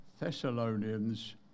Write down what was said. thessalonians